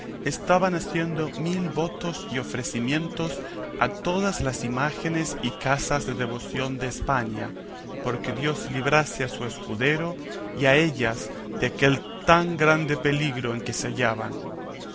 estaban haciendo mil votos y ofrecimientos a todas las imágenes y casas de devoción de españa porque dios librase a su escudero y a ellas de aquel tan grande peligro en que se hallaban